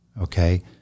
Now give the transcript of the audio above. Okay